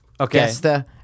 Okay